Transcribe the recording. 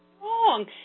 wrong